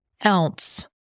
else